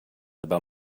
about